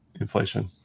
inflation